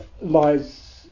lies